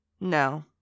no